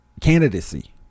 candidacy